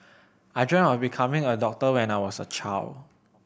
I dreamt of becoming a doctor when I was a child